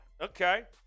Okay